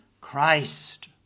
Christ